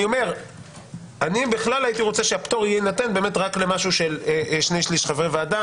נשנה את לו"ז הוועדה כך שיהיה ביום שני דיון בנושא